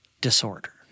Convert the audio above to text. disorder